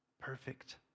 perfect